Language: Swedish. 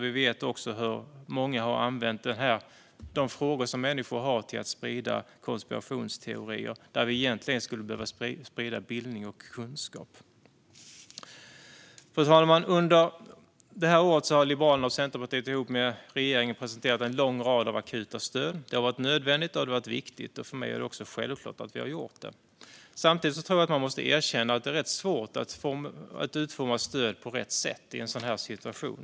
Vi vet också att många har använt de frågor som människor har till att sprida konspirationsteorier när de egentligen skulle behöva sprida bildning och kunskap. Fru talman! Under det här året har Liberalerna och Centerpartiet ihop med regeringen presenterat en lång rad akuta stöd. Det har varit nödvändigt och viktigt, och för mig har det varit självklart att göra det. Samtidigt måste man erkänna att det är svårt att utforma stöd på rätt sätt i en sådan här situation.